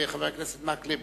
חבר הכנסת מקלב,